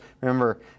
remember